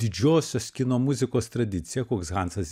didžiosios kino muzikos tradiciją koks hansas